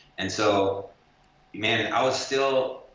and so man, i was still,